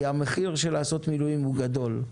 כי המחיר של לעשות מילואים הוא גדול,